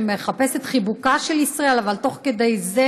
שמחפש את חיבוקה של ישראל אבל תוך כדי זה